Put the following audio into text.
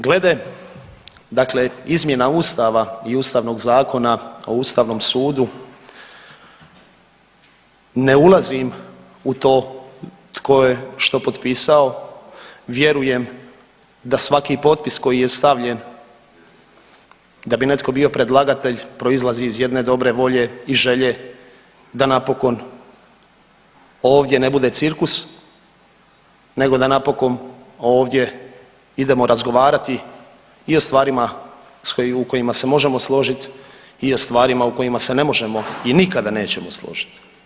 Glede dakle izmjena Ustava i Ustavnog zakona o Ustavnom sudu ne ulazim u to tko je što potpisao, vjerujem da svaki potpis koji je stavljen da bi netko bio predlagatelj proizlazi iz jedne dobre volje i želje da napokon ovdje ne bude cirkus, nego da napokon ovdje idemo razgovarati i o stvarima u kojima se možemo složiti i o stvarima o kojima se ne možemo i nikada nećemo složiti.